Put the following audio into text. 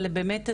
אבל באמת,